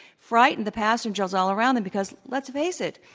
frightened the passengers all around them because, let's face it,